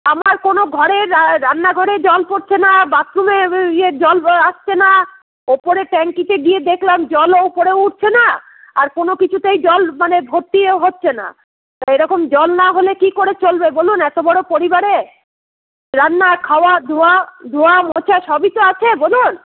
আমার কোনো ঘরে রান্নাঘরে জল পড়ছেনা বাথরুমে ইয়ে জল আসছেনা ওপরে ট্যাংকিতে গিয়ে দেখলাম জলও উপরেও উঠছেনা আর কোনো কিছুতেই জল মানে ভর্তিও হচ্ছেনা তা এরকম জল না হলে কি করে চলবে বলুন এতো বড়ো পরিবারে রান্না খাওয়া ধোয়া ধোয়া মোছা সবই তো আছে বলুন